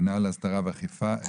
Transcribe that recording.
מינהל הסדרה ואכיפה,